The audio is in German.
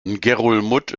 ngerulmud